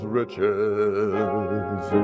riches